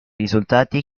risultati